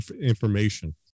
information